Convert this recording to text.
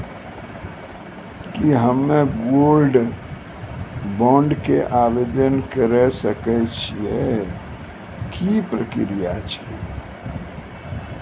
की हम्मय gold bond के आवदेन करे सकय छियै, की प्रक्रिया छै?